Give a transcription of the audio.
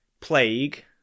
plague